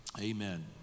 Amen